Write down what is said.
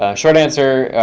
ah short answer,